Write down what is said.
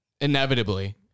Inevitably